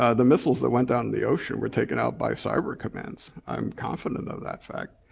ah the missiles that went down in the ocean were taken out by cyber commands. i'm confident of that fact.